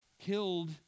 killed